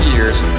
years